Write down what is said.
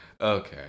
okay